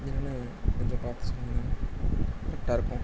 என்னன்னு கொஞ்சம் பார்த்து சொல்லுங்கள் கரெக்டாக இருக்கும்